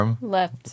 Left